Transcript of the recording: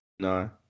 No